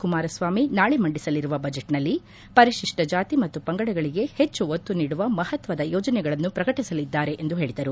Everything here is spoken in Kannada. ಕುಮಾರಸ್ವಾಮಿ ನಾಳಿ ಮಂಡಿಸಲಿರುವ ಬಜೆಟ್ ನಲ್ಲಿ ಪರಿಶಿಷ್ಟ ಜಾತಿ ಮತ್ತು ಪಂಗಡಗಳಿಗೆ ಹೆಚ್ಚು ಒತ್ತು ನೀಡುವ ಮಹತ್ವದ ಯೋಜನೆಗಳನ್ನು ಪ್ರಕಟಿಸಲಿದ್ದಾರೆ ಎಂದು ಹೇಳಿದರು